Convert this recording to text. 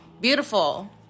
beautiful